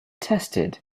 tested